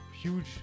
Huge